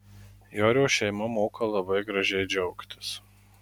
jorio šeima moka labai gražiai džiaugtis